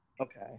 Okay